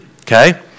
okay